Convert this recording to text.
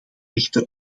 echter